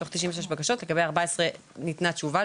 מתוך 96 בקשות, לגבי 14 ניתנה תשובה.